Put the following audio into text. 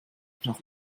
noch